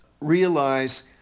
realize